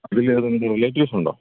അതിൽ ഏങ്കിലും റിലേറ്റീവ്സ് ഉണ്ടോ